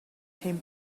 came